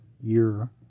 year